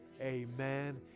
amen